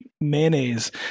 mayonnaise